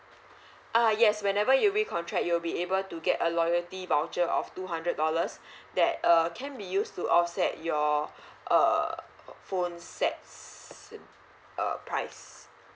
ah yes whenever you recontract you'll be able to get a loyalty voucher of two hundred dollars that err can be used to offset your uh phone sets uh price